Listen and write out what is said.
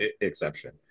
exception